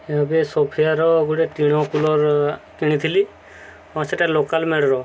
ଏବେ ସୋଫିଆର ଗୋଟେ ଟିଣ କୁଲର୍ କିଣିଥିଲି ହଁ ସେଟା ଲୋକାଲ୍ ମେଡ଼୍ର